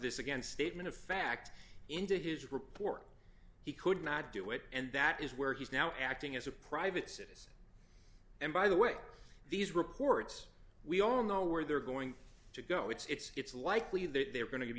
this again statement of fact into his report he could not do it and that is where he is now acting as a private citizen and by the way these reports we all know where they're going to go it's likely that they're going to be